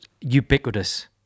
ubiquitous